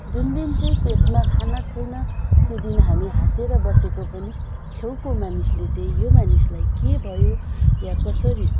जुन दिन चाहिँ पेटमा खाना छैन त्यो दिन हामी हाँसेर बसेको पनि छेउको मानिसले चाहिँ यो मानिसलाई के भयो वा कसरी